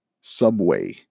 subway